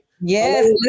yes